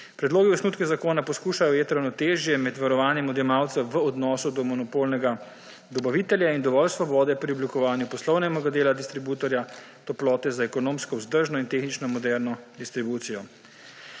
Predlogi v osnutku zakona poskušajo ujeti ravnotežje med varovanjem odjemalca v odnosu do monopolnega dobavitelja in dovolj svobode pri oblikovanju poslovnega dela distributerja toplote za ekonomsko vzdržno in tehnično moderno distribucijo.